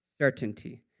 Certainty